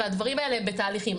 והדברים האלה הם בתהליכים.